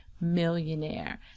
millionaire